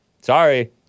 Sorry